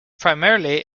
primarily